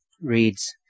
reads